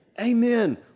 Amen